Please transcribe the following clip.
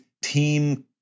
team